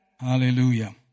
Hallelujah